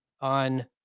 on